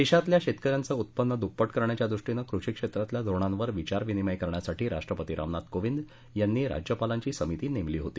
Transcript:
देशातल्या शेतकऱ्यांचं उत्पन्न दुप्पट करण्याच्यादृष्टीनं कृषीक्षेत्रातल्या धोरणांवर विचार विनिमय करण्यासाठी राष्ट्रपती रामनाथ कोविंद यांनी राज्यपालांची समिती नेमली होती